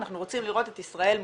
אנחנו רוצים לראות את ישראל מובילה,